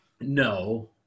No